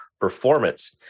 performance